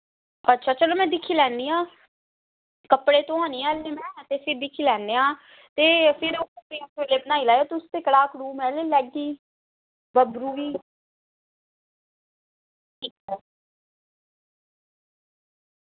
अच्छा चलो में दिक्खी लैनी आं कपड़े धोआ नी ऐल्ली में ते दिक्खी लैनी आं ते ओह् खमीरे बनाई लैयो तुस ते कड़ाह् में बनाई लैगी बबरू बी